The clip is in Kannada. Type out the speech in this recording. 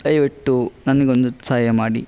ದಯವಿಟ್ಟು ನನಗೊಂದು ಸಹಾಯ ಮಾಡಿ